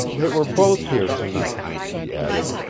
they were both here tonight, he added.